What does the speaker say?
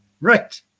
Right